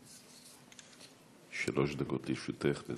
שלוש דקות לרשותך.